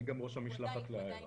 אני גם ראש המשלחת לאיירה.